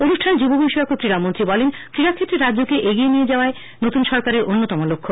অনুষ্ঠানে যুব বিষয়ক ও ক্রীড়া মন্ত্রী বলেন ক্রীড়া ক্ষেত্রে রাজ্য এগিয়ে নিয়ে যাওয়ায় নতুন সরকারের অন্যতম লক্ষ্য